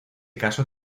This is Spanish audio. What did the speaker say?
casó